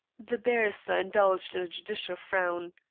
the barrister indulged in a judicial frown.